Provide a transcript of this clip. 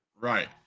Right